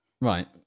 Right